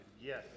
Yes